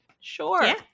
Sure